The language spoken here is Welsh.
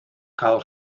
cael